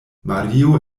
mario